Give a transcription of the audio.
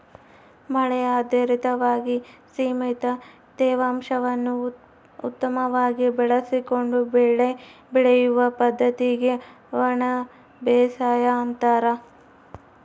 ಮಳೆ ಆಧಾರಿತವಾಗಿ ಸೀಮಿತ ತೇವಾಂಶವನ್ನು ಉತ್ತಮವಾಗಿ ಬಳಸಿಕೊಂಡು ಬೆಳೆ ಬೆಳೆಯುವ ಪದ್ದತಿಗೆ ಒಣಬೇಸಾಯ ಅಂತಾರ